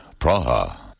Praha